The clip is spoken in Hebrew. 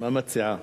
מה מציעה?